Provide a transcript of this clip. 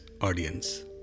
audience